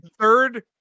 third